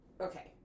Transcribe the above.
okay